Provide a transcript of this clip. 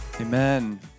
Amen